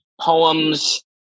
poems